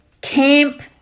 Camp